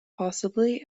possibly